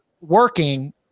working